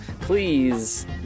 please